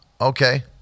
Okay